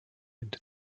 into